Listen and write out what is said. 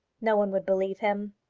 no one would believe him.